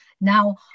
Now